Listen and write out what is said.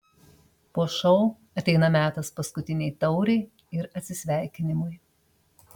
po šou ateina metas paskutinei taurei ir atsisveikinimui